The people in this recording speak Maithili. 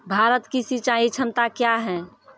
भारत की सिंचाई क्षमता क्या हैं?